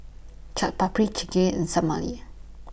Chaat Papri Chigenabe and Salami